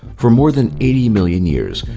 for more than eighty million years,